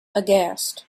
aghast